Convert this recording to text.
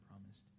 promised